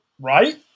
Right